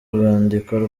urwandiko